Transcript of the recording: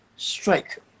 Strike